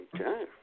Okay